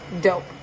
dope